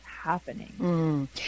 happening